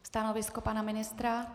Stanovisko pana ministra?